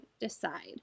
decide